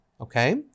okay